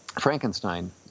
Frankenstein